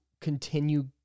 continue